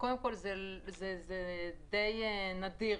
זה די נדיר.